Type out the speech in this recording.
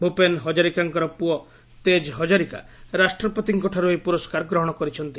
ଭୂପେନ ହଜାରିକାଙ୍କର ପୁଅ ତେଜ୍ ହଜାରିକା ରାଷ୍ଟ୍ରପତିଙ୍କଠାରୁ ଏହି ପୁରସ୍କାର ଗ୍ରହଣ କରିଛନ୍ତି